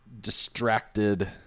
distracted